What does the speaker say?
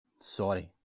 Sorry